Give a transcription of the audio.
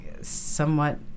somewhat